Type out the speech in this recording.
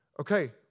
okay